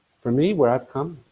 for me, where i've come,